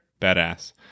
badass